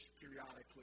periodically